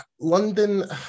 london